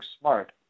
smart